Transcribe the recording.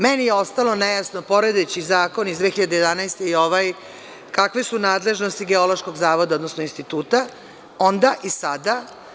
Meni je ostalo nejasno, poredeći zakon iz 2011. godine i ovaj, kakve su nadležnosti Geološkog zavoda, odnosno instituta, onda i sada?